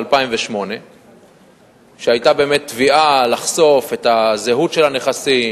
2008. היתה באמת תביעה לחשוף את הזהות של הנכסים,